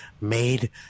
made